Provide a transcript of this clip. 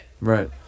Right